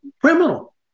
criminal